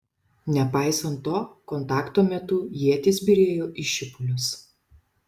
nepaisant to kontakto metu ietys byrėjo į šipulius